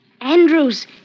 Andrews